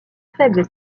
faible